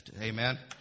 Amen